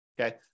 Okay